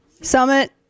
Summit